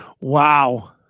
Wow